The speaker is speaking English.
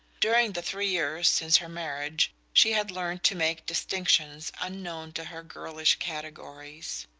during the three years since her marriage she had learned to make distinctions unknown to her girlish categories.